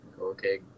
okay